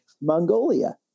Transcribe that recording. Mongolia